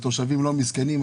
התושבים לא מסכנים,